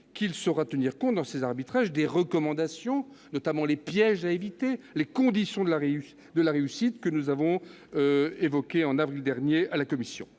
qu'il saura tenir compte dans ses arbitrages des recommandations- notamment les pièges à éviter, les conditions de la réussite -que nous avons formulées en avril dernier. Je tiens